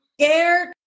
Scared